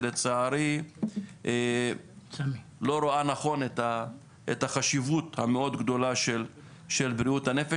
שלצערי לא רואה נכון את החשיבות המאוד גדולה של בריאות הנפש